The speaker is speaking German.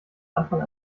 anfang